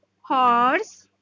horse